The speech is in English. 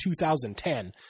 2010